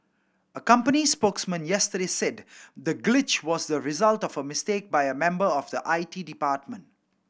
a company spokesman yesterday said the glitch was the result of a mistake by a member of the I T department